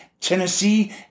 Tennessee